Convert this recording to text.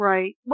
Right